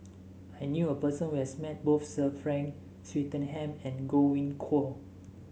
I knew a person who has met both Sir Frank Swettenham and Godwin Koay